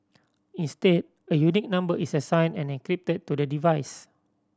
instead a unique number is assigned and encrypted to the device